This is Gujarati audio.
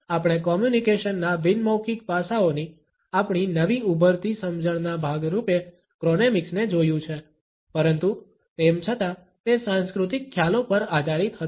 આપણે કોમ્યુનિકેશનના બિન મૌખિક પાસાઓની આપણી નવી ઉભરતી સમજણના ભાગરૂપે ક્રોનેમિક્સને જોયું છે પરંતુ તેમ છતાં તે સાંસ્કૃતિક ખ્યાલો પર આધારિત હતું